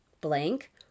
blank